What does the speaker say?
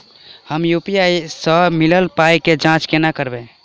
हम यु.पी.आई सअ मिलल पाई केँ जाँच केना करबै?